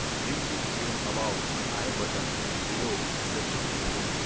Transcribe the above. link is given above on i button and below in the description.